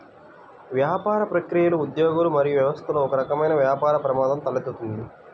వ్యాపార ప్రక్రియలు, ఉద్యోగులు మరియు వ్యవస్థలలో ఒకరకమైన వ్యాపార ప్రమాదం తలెత్తుతుంది